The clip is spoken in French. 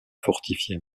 fortifié